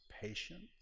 patience